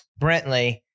Brentley